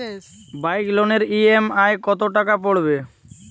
Bike লোনের EMI কত টাকা পড়বে?